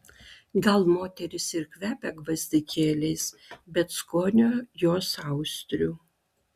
gal moterys ir kvepia gvazdikėliais bet skonio jos austrių